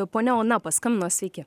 ponia ona paskambino sveiki